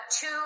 two